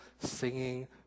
singing